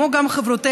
כמו גם חברותיה,